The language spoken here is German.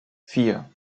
vier